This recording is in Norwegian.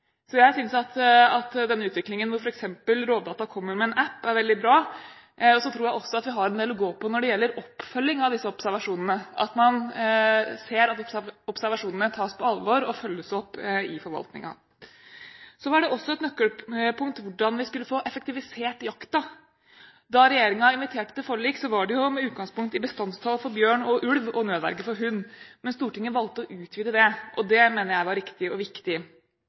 så jeg synes at denne utviklingen – hvor f.eks. Rovdata kommer med en «app» – er veldig bra. Jeg tror også at vi har en del å gå på når det gjelder oppfølging av disse observasjonene, at man ser at observasjonene tas på alvor og følges opp i forvaltningen. Et annet nøkkelpunkt var hvordan vi skulle få effektivisert jakta. Da regjeringen inviterte til forlik, var det med utgangspunkt i bestandstall for bjørn og ulv og nødverge for hund. Stortinget valgte å utvide det, og det mener jeg var riktig og viktig.